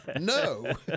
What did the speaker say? No